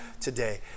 today